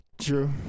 True